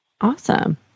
Awesome